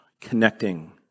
connecting